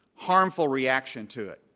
harmful reaction to it?